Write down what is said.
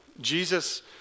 Jesus